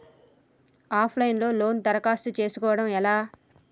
Of line లో loan దరఖాస్తు చేసుకోవడం ఎలా?